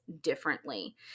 differently